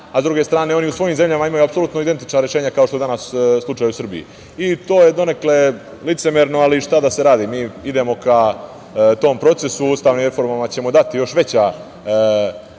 a s druge strane, oni u svojim zemljama imaju apsolutno identična rešenja kao što je danas slučaj u Srbiji. To je donekle licemerno, ali šta da se radi, idemo ka tom procesu. Ustavnim reformama ćemo dati još veća